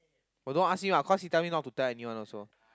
but don't ask him ah cause he tell me not to tell anyone also